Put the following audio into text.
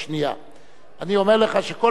אני אומר לך שכל פעם שהייתי באופוזיציה